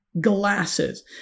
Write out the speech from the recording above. glasses